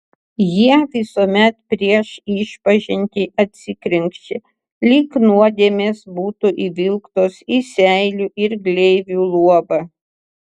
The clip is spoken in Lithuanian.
jie visuomet prieš išpažintį atsikrenkščia lyg nuodėmės būtų įvilktos į seilių ir gleivių luobą